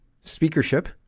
speakership